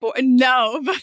no